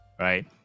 right